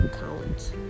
count